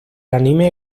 anime